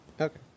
Okay